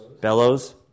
Bellows